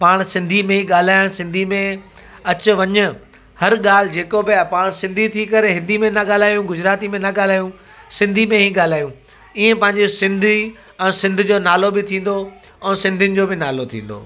पाणि सिंधी में ई ॻाल्हाइण सिंधी में अचु वञ हर ॻाल्हि जेको बि आहे पाणि सिंधी थी करे हिंदी में था ॻाल्हायूं गुजराती में न ॻाल्हायूं सिंधी में ई ॻाल्हायूं इएं पंहिंजे सिंधी ऐं सिंध जो नालो बि थींदो ऐं सिंधियुनि जो बि नालो थींदो